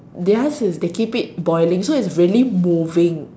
their is they keep it boiling so it's really moving